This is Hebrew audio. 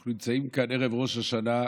אנחנו נמצאים כאן ערב ראש השנה,